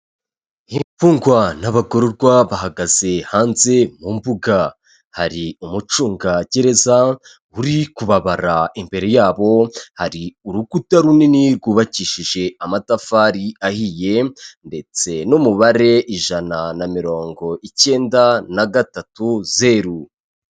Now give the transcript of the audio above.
Imfungwa n'abagororwa bahagaze hanze mu mbuga, hari umucungagereza uri kubabara, imbere yabo hari urukuta runini rwubakishije amatafari ahiye ndetse n'umubare ijana na mirongo icyenda na gatatu zeru.